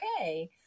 okay